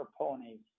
ponies